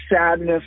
sadness